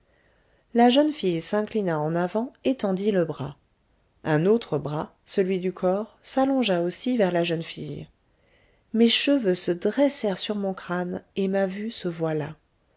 la jeune fille s'inclina en avant et tendit le bras un autre bras celui du corps s'allongea aussi vers la jeune fille mes cheveux se dressèrent sur mon crâne et ma vue se voila